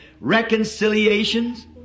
reconciliations